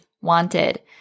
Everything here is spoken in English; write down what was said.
wanted